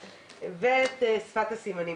ונותנים שפת הסימנים.